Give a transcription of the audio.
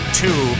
two